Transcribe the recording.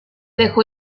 dejó